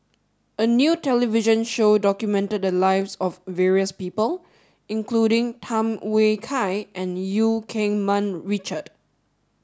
a new television show documented the lives of various people including Tham Yui Kai and Eu Keng Mun Richard